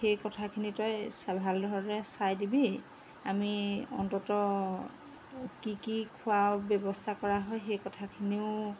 সেই কথাখিনিৰ পাই চা ভাল ধৰণে চাই দিবি আমি অন্ততঃ কি কি খোৱা ব্যৱস্থা কৰা হয় সেই কথাখিনিও